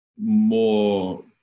more